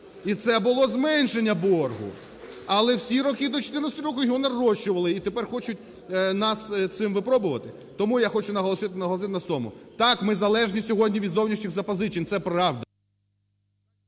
і це було зменшення боргу. Але всі роки до 14-го року його нарощували. І тепер хочуть нас цим випробувати? Тому я хочу наголосити на тому: так, ми залежні сьогодні від зовнішніх запозичень, це правда...